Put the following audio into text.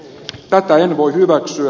tätä en voi hyväksyä